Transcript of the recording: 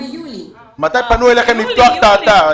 מתי פנו אליכם לפתוח את האתר?